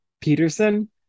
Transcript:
Peterson